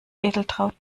edeltraud